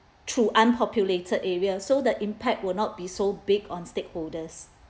through unpopulated area so the impact will not be so big on stakeholders